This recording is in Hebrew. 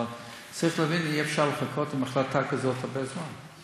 אבל צריך להבין שאי-אפשר לחכות עם החלטה כזאת הרבה זמן.